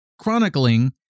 chronicling